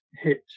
hit